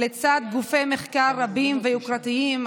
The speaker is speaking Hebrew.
לצד גופי מחקר רבים ויוקרתיים,